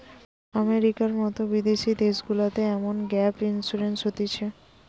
আমেরিকার মতো বিদেশি দেশগুলাতে এমন গ্যাপ ইন্সুরেন্স হতিছে